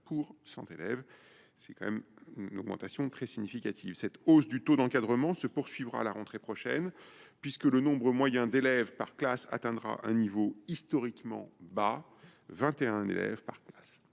pour 100 élèves : l’augmentation est tout de même très significative. Cette hausse du taux d’encadrement se poursuivra à la rentrée prochaine, puisque le nombre moyen d’élèves par classe atteindra un niveau historiquement bas : 21 élèves par classe.